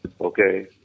okay